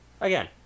again